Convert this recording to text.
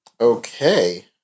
Okay